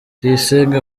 tuyisenge